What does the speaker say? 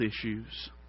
issues